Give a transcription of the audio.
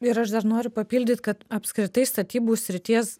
ir aš dar noriu papildyt kad apskritai statybų srities